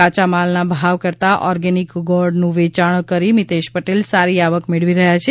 કાયા માલના ભાવ કરતા ઓર્ગેનીક ગોળનું વેયાણ કરી મીતેશ પટેલ સારી એવી આવક મેળવી રહ્યા છે